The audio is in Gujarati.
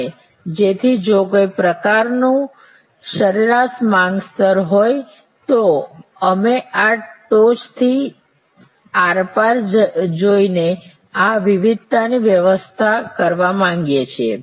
અને જેથી જો કોઈ પ્રકારનું સરેરાશ માંગ સ્તર હોય તો અમે આ ટોચ થી આર પાર જોઈ ને આ વિવિધતાની વ્યવસ્થા કરવા માંગીએ છીએ